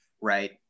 right